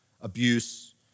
abuse